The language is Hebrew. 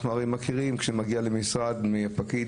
אנחנו הרי מכירים כשמגיעים למשרד מי הפקיד,